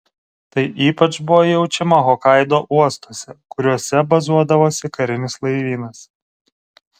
tai ypač buvo jaučiama hokaido uostuose kuriuose bazuodavosi karinis laivynas